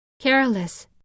careless